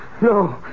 No